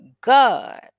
god